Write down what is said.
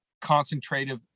concentrative